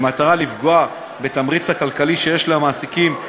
במטרה לפגוע בתמריץ הכלכלי שיש למעסיקים,